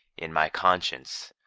in my conscience,